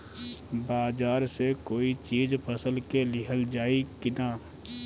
बाजार से कोई चीज फसल के लिहल जाई किना?